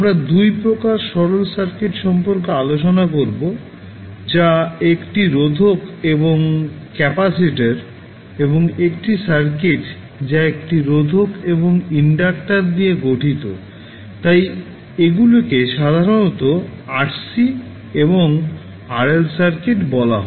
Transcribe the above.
আমরা দুটি প্রকার সরল সার্কিট সম্পর্কে আলোচনা করব যা একটি রোধক এবং ক্যাপাসিটর এবং একটি সার্কিট যা একটি রোধক এবং ইন্ডাক্টর নিয়ে গঠিত তাই এগুলিকে সাধারণত RC এবং RL সার্কিট বলা হয়